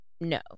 no